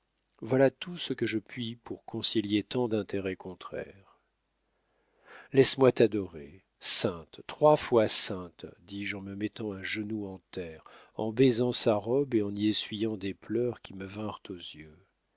voilà tout ce que je puis pour concilier tant d'intérêts contraires laisse-moi t'adorer sainte trois fois sainte dis-je en mettant un genou en terre en baisant sa robe et y essuyant des pleurs qui me vinrent aux yeux